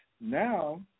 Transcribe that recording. now